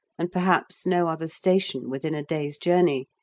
and perhaps no other station within a day's journey,